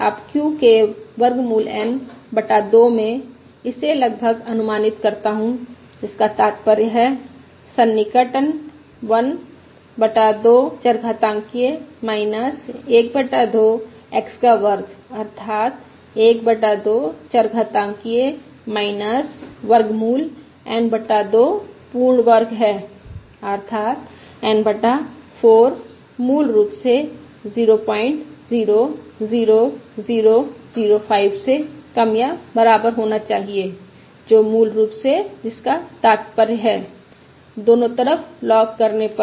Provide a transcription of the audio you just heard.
अब q के वर्गमूल N बटा 2 मैं इसे लगभग अनुमानित करता हूं जिसका तात्पर्य है कि सन्निकटन 1 बटा 2 चरघातांकिय़ 1 बटा 2 x का वर्ग अर्थात 1 बटा 2 चरघातांकिय़ वर्गमूल N बटा 2 पूर्ण वर्ग है अर्थात N बटा 4 मूल रूप से 000005 से कम या बराबर होना चाहिए जो मूल रूप से जिसका तात्पर्य है कि दोनों तरफ लॉग करने पर